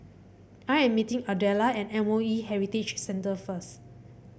I am meeting Ardella at M O E Heritage Centre first